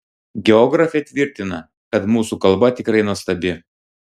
geografė tvirtina kad mūsų kalba tikrai nuostabi